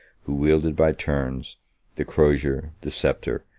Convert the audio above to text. who wielded by turns the crosier, the sceptre,